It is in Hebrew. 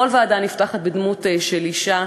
וכל ישיבת ועדה נפתחת בדמות של אישה,